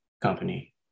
company